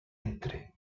entre